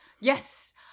yes